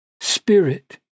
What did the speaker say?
Spirit